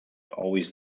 always